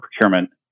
procurement